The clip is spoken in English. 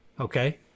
okay